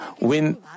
win